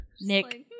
Nick